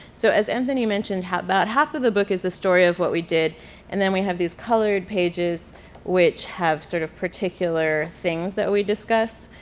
so as anthony mentioned, about half of the book is the story of what we did and then we have these colored pages which have sort of particular things that we discuss.